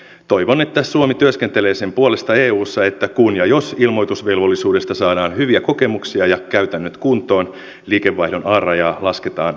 toivon että suomi työskentelee sen puolesta eussa että kun ja jos ilmoitusvelvollisuudesta saadaan hyviä kokemuksia ja käytännöt kuntoon liikevaihdon alarajaa lasketaan asteittain